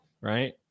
right